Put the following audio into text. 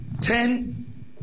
ten